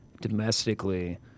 domestically